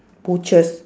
butchers